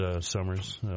Summers